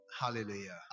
hallelujah